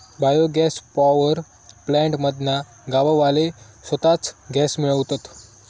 bio gas power plant मधना गाववाले स्वताच गॅस मिळवतत